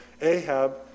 Ahab